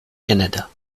canada